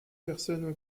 personnages